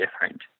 different